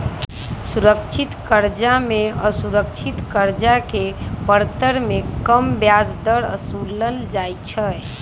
सुरक्षित करजा में असुरक्षित करजा के परतर में कम ब्याज दर असुलल जाइ छइ